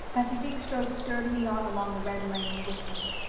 pacifique strode sturdily on along the red lane, whistling.